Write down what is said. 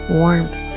warmth